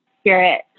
spirit